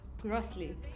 Grossly